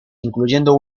incluyendo